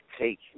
take